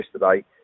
yesterday